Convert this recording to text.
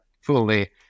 fully